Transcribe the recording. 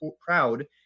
proud